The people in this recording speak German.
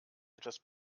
etwas